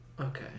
Okay